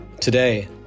Today